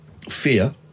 fear